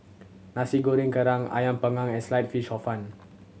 Nasi Goreng Kerang Ayam Panggang and Sliced Fish Hor Fun